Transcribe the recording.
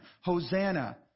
Hosanna